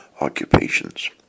occupations